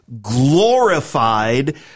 glorified